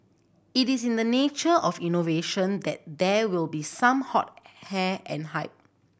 it is in the nature of innovation that there will be some hot hair and hype